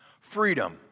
freedom